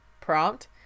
prompt